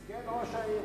מסכן ראש העיר.